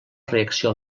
reacció